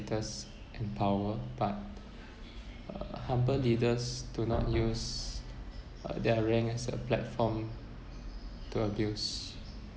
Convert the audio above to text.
status and power but uh humble leaders do not use uh their rank as a platform to abuse